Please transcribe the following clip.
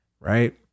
Right